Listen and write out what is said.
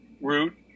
root